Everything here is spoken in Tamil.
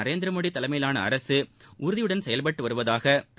நரேந்திர மோடி தலைமையிலாள அரசு உறுதியுடன் செயல்பட்டு வருவதாக திரு